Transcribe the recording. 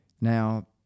Now